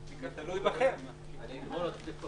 תודה, היועץ המשפטי.